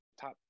top